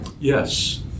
Yes